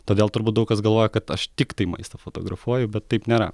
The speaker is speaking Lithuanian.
todėl turbūt daug kas galvoja kad aš tiktai maistą fotografuoju bet taip nėra